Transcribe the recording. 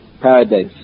paradise